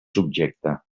subjecte